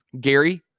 Gary